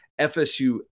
FSU